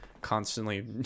constantly